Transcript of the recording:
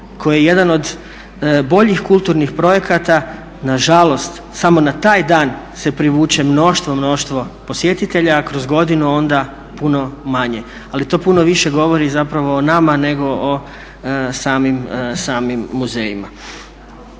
koji je jedan od boljih kulturnih projekata. Nažalost samo na taj dan se privuče mnoštvo, mnoštvo posjetitelja a kroz godinu onda puno manje. Ali to puno više govori zapravo o nama nego o samim muzejima.